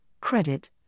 credit